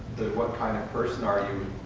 the, what kind of person are you,